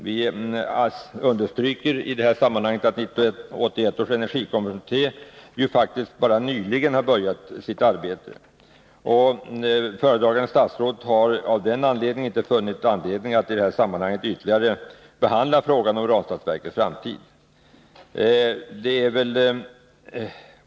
Vi understryker att 1981 års energikommitté nyligen börjat sitt arbete. Föredragande statsrådet har därför inte funnit anledning att i detta sammanhang ytterligare behandla frågan om Ranstadsverkets framtid.